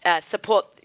Support